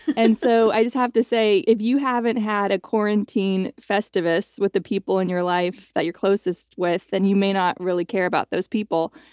and so i just have to say, if you haven't had a quarantine festivus with the people in your life that you're closest with, and you may not really care about those people.